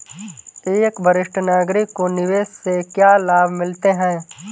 एक वरिष्ठ नागरिक को निवेश से क्या लाभ मिलते हैं?